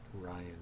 Ryan